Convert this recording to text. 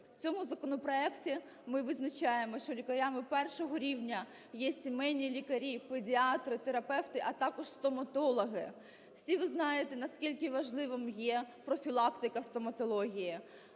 В цьому законопроекті ми визначаємо, що лікарями першого рівня є сімейні лікарі, педіатри, терапевти, а також стоматологи. Всі ви знаєте, наскільки важливим є профілактика стоматології.